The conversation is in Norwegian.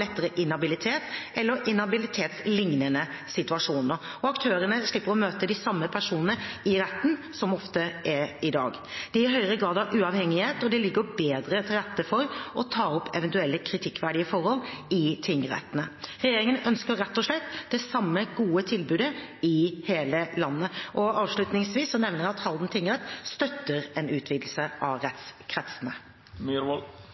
aktørene slipper å møte de samme personene i retten så ofte som i dag. Det gir høyere grad av uavhengighet, og det legger bedre til rette for å ta opp eventuelle kritikkverdige forhold i tingrettene. Regjeringen ønsker rett og slett det samme gode tilbudet i hele landet. Avslutningsvis nevner jeg at Halden tingrett støtter en utvidelse av